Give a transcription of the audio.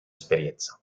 esperienza